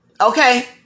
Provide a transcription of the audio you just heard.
Okay